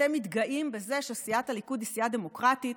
אתם מתגאים בזה שסיעת הליכוד היא סיעה דמוקרטית,